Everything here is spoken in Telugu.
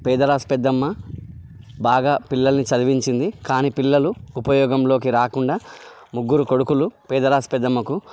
పేదరాశి పెద్దమ్మ బాగా పిల్లల్ని చదివించింది కానీ పిల్లలు ఉపయోగంలోకి రాకుండా ముగ్గురు కొడుకులు పేదరాశి పెద్దమ్మకు